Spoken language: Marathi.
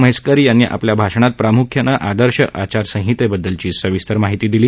म्हैसेकर यांनी आपल्या भाषणात प्राम्ख्यानं आदर्श आचार संहितेबद्दलची सविस्तर माहिती दिली